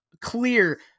clear